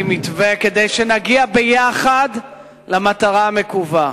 מתווה כדי שנגיע יחד למטרה המקווה.